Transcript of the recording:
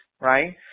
right